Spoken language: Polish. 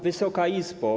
Wysoka Izbo!